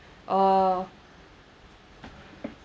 oh